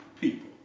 people